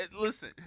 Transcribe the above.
Listen